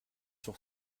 sur